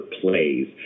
plays